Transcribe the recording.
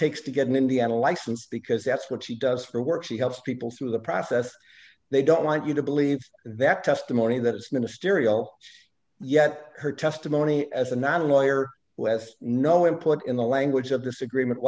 takes to get an indiana license because that's what she does for work she helps people through the process they don't want you to believe in that testimony that is ministerial yet her testimony as a non lawyer with no input in the language of disagreement